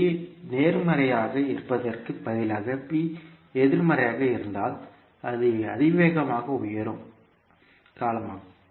P நேர்மறையாக இருப்பதற்கு பதிலாக p எதிர்மறையாக இருந்தால் அது அதிவேகமாக உயரும் காலமாகும்